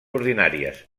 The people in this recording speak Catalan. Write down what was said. ordinàries